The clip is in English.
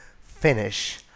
finish